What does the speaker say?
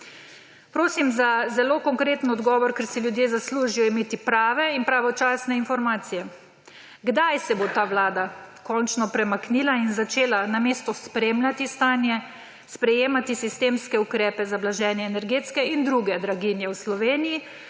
Prosim za zelo konkreten odgovor, ker si ljudje zaslužijo imeti prave in pravočasne informacije: Kdaj se bo ta vlada končno premaknila in začela, namesto da spremlja stanje, sprejemati sistemske ukrepe za blaženje energetske in druge draginje v Sloveniji,